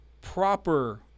proper